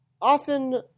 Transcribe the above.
often